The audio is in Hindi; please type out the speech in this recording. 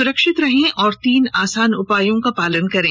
सुरक्षित रहें और तीन आसान उपायों का पालन करें